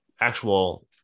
actual